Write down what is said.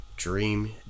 Dream